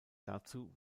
dazu